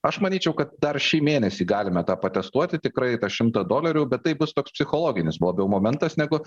aš manyčiau kad dar šį mėnesį galime tą patestuoti tikrai tą šimtą dolerių bet tai bus toks psichologinis labiau momentas negu